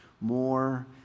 more